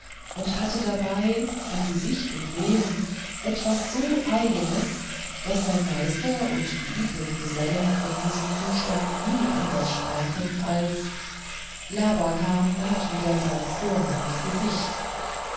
und hatte dabei in gesicht und wesen etwas so eigenes daß sein meister und die übrigen gesellen von diesem zustand nie anders sprachen als labakan hat wieder sein vornehmes gesicht